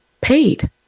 paid